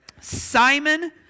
Simon